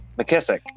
McKissick